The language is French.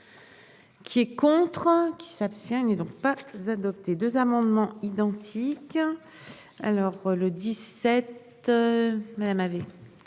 Qui est contre. Il s'abstient n'est donc pas adopté 2 amendements identiques. Alors le 17. Madame avait.